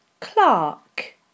Clark